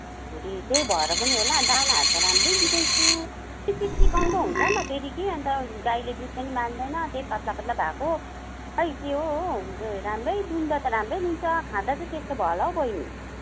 फेरि त्यही भएर पनि होला दानाहरू त राम्रै दिँदैछु सिक्सिकाउँदो हुन्छ नि त फेरि के अन्त गाईले दुध पनि मान्दैन त्यही पातला पातला भाको खै के हो हो राम्रै दुँदा त राम्रै दुन्छ खाँदा चाहिँ त्यस्तो भयो होला हौ बहिनी